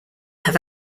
have